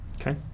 Okay